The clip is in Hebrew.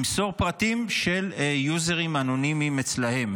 למסור פרטים של יוזרים אנונימיים אצלם.